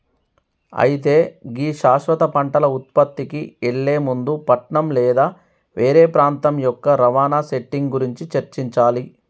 అయితే గీ శాశ్వత పంటల ఉత్పత్తికి ఎళ్లే ముందు పట్నం లేదా వేరే ప్రాంతం యొక్క రవాణా సెట్టింగ్ గురించి చర్చించాలి